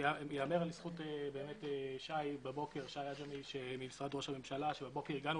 ייאמר לזכות שי עג'מי ממשרד ראש הממשלה שבבוקר הגענו